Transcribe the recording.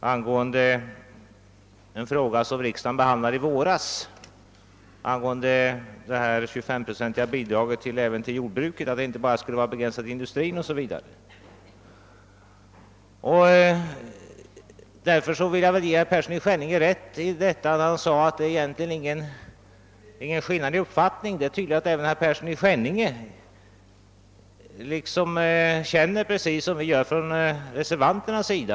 Han berörde en fråga som riksdagen behandlade i våras, nämligen ett yrkande om att bidraget på 25 procent skulle ges även till jordbruket och inte vara begränsat enbart till industrin. Därför vill jag ge herr Persson i Skänninge rätt i vad han sade om att det egentligen inte föreligger någon skillnad i uppfattning. Det är tydligt att herr Persson känner på samma sätt som vi reservanter gör.